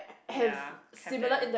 ya have then